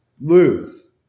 lose